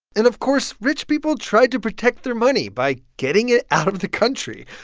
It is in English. and of course, rich people tried to protect their money by getting it out of the country.